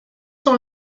son